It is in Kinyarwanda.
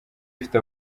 ifite